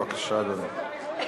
בבקשה, אדוני.